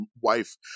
wife